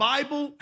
Bible